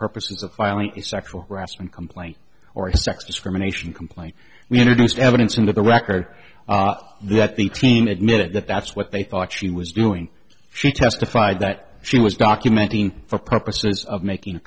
purposes of filing a sexual harassment complaint or a sex discrimination complaint we introduced evidence into the record that the team admitted that that's what they thought she was doing she testified that she was documenting for purposes of making a